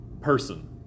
person